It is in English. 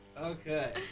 Okay